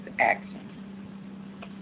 action